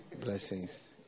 blessings